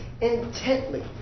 intently